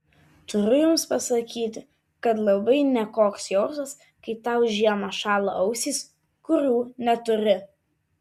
turiu jums pasakyti kad labai nekoks jausmas kai tau žiemą šąla ausys kurių neturi